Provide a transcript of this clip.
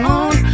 on